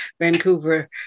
Vancouver